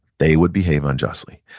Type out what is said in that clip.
they would behave unjustly,